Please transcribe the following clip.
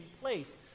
place